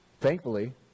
Thankfully